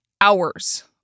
hours